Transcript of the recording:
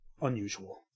unusual